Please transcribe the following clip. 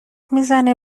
میزنه